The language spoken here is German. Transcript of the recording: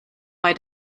bei